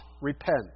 repent